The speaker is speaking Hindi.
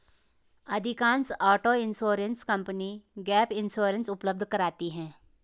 अधिकांशतः auto insurance company gap insurance उपलब्ध कराती है